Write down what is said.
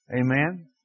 Amen